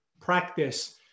practice